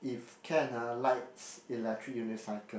if can ah likes electric unicycle